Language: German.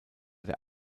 der